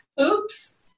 oops